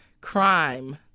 crime